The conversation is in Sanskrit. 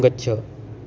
गच्छ